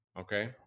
okay